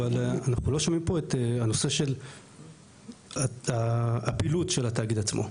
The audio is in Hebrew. אבל אנחנו לא שומעים פה את הנושא של הפעילות של התאגיד עצמו.